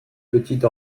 petite